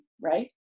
right